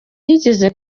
yigeze